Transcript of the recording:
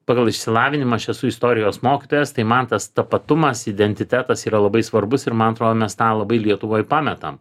pagal išsilavinimą aš esu istorijos mokytojas tai man tas tapatumas identitetas yra labai svarbus ir man atrodo mes tą labai lietuvoj pametam